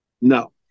No